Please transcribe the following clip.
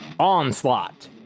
Onslaught